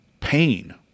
pain